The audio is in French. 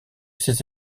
ses